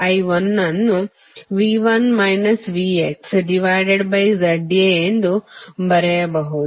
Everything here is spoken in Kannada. I1 ಅನ್ನು V1 VxZA ಎಂದು ಬರೆಯಬಹುದು